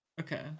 Okay